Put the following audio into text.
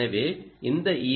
எனவே இந்த ஈ